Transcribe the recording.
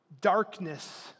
darkness